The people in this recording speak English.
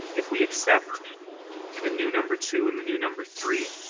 if we accept the new number two and the new number three,